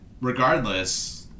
Regardless